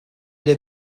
der